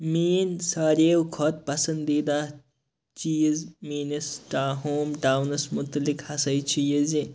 میٲنٛۍ ساروٕیو کھۄتہٕ پَسَندیٖدہ چیٖز میٲنِس ٹا ہوم ٹاونَس مُتعلِق ہَسا چھِ یہِ زِ